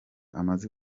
amaze